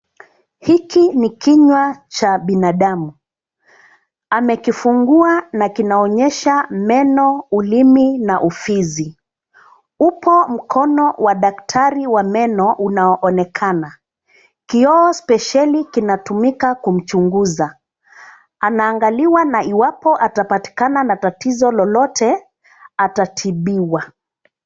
Hiki ni kinywa cha binadamu. Amekifungua na kinaonyesha meno, ulimi na ufizi. Upo mkono wa daktari wa meno unaoonekana. Kioo spesheli kinatumika kumchunguza. Anaangaliwa na iwapo atapatikana na tatizo lolote, atatibiwa.